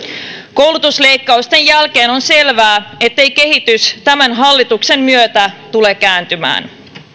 koulutusleikkausten jälkeen on selvää ettei kehitys tämän hallituksen myötä tule kääntymään